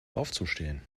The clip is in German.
aufzustehen